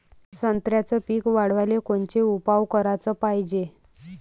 संत्र्याचं पीक वाढवाले कोनचे उपाव कराच पायजे?